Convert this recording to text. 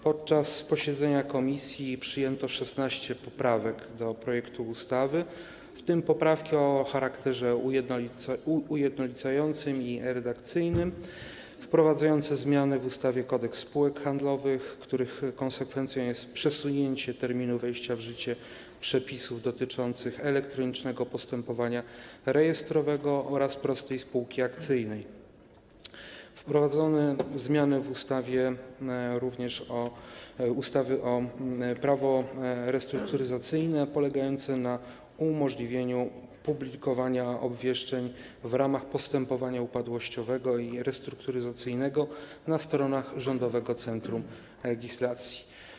Podczas posiedzenia komisji przyjęto 16 poprawek do projektu ustawy, w tym poprawki: o charakterze ujednolicającym i redakcyjnym; wprowadzające zmiany w ustawie Kodeks spółek handlowych, których konsekwencją jest przesunięcie terminu wejścia w życie przepisów dotyczących elektronicznego postępowania rejestrowego oraz prostej spółki akcyjnej; wprowadzające zmiany w ustawie Prawo restrukturyzacyjne, polegające na umożliwieniu publikowania obwieszczeń w ramach postępowania upadłościowego i restrukturyzacyjnego na stronach Rządowego Centrum Legislacji.